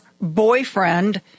boyfriend